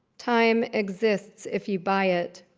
time exists if you buy it.